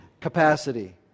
capacity